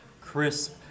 crisp